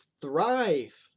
thrive